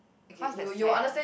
how is that sad